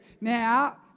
Now